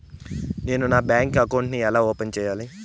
నేను bank account ను ఎలా ఓపెన్ సేయాలి?